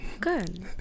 Good